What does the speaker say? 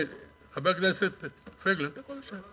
חבר הכנסת פייגלין, אתה יכול להישאר.